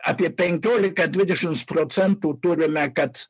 apie penkiolika dvidešimts procentų turime kad